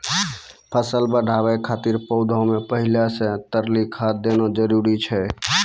फसल बढ़ाबै खातिर पौधा मे पहिले से तरली खाद देना जरूरी छै?